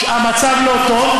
המצב לא טוב,